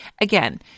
Again